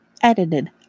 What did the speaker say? Edited